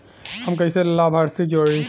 हम कइसे लाभार्थी के जोड़ी?